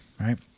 right